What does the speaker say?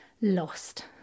lost